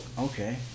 Okay